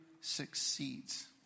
succeeds